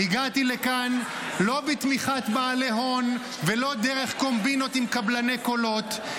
הגעתי לכאן לא בתמיכת בעלי הון ולא דרך קומבינות עם קבלני קולות.